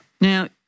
Now